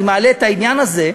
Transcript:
אני מעלה את העניין הזה,